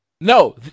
no